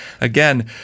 again